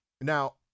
now